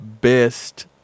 best